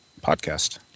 podcast